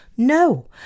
No